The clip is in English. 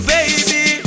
Baby